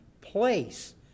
place